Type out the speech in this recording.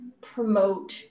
promote